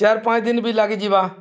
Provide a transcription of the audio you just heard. ଚାରି ପାଞ୍ଚ ଦିନ୍ ବି ଲାଗିଯିବା